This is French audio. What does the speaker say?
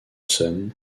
sun